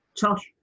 Tosh